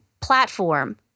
platform